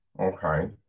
okay